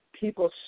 People